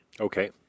Okay